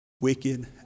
wicked